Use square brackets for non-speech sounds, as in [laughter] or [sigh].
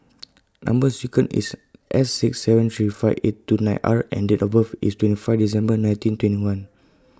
[noise] Number sequence IS S six seven three five eight two nine R and Date of birth IS twenty five December nineteen twenty one